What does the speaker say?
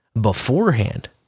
beforehand